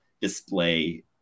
display